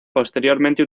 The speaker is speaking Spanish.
posteriormente